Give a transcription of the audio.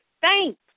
thanks